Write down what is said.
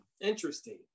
interesting